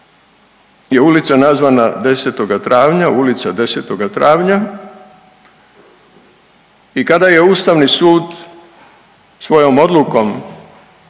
je ulica nazvana Ulica desetoga travnja i kada je Ustavni sud svojom odlukom